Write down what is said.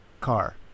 car